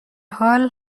حال